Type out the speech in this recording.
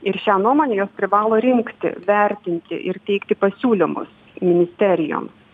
ir šią nuomonę jos privalo rinkti vertinti ir teikti pasiūlymus ministerijoms